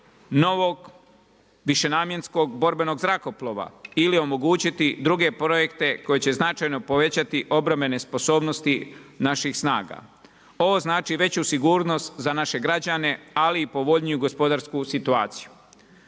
novog višenamjenskog borbenog zrakoplova ili omogućiti druge projekte koji će značajno povećati obrambene sposobnosti naših snaga. Ovo znači veću sigurnost za naše građane ali i povoljniju gospodarsku situaciju.